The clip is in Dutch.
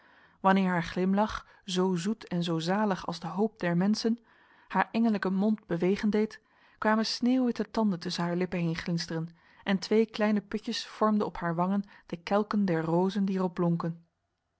wanneer haar glimlach zo zoet en zo zalig als de hoop der mensen haar engellijke mond bewegen deed kwamen sneeuwwitte tanden tussen haar lippen heen glinsteren en twee kleine putjes vormden op haar wangen de kelken der rozen die er op blonken